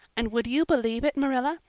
and would you believe it, marilla?